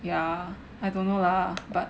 ya I don't know lah but